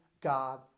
God